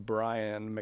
Brian